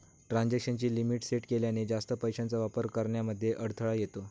transaction ची limit set केल्याने, जास्त पैशांचा वापर करण्यामध्ये अडथळा येतो